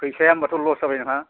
फैसाया होम्बाथ' लस जाबाय नोंहा